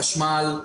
חשמל,